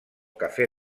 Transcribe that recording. café